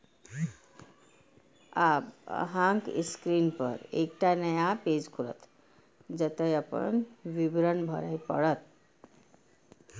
आब अहांक स्क्रीन पर एकटा नया पेज खुलत, जतय अपन विवरण भरय पड़त